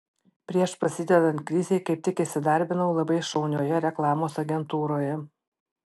prieš prasidedant krizei kaip tik įsidarbinau labai šaunioje reklamos agentūroje